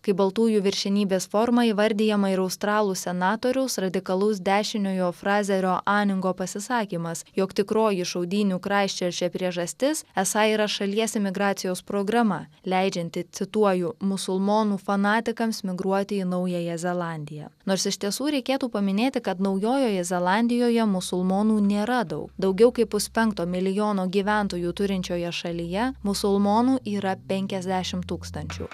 kai baltųjų viršenybės forma įvardijama ir australų senatoriaus radikalaus dešiniojo frazerio aningo pasisakymas jog tikroji šaudynių kraisčerče priežastis esą yra šalies imigracijos programa leidžianti cituoju musulmonų fanatikams migruoti į naująją zelandiją nors iš tiesų reikėtų paminėti kad naujojoje zelandijoje musulmonų nėra daug daugiau kaip puspenkto milijono gyventojų turinčioje šalyje musulmonų yra penkiasdešimt tūkstančių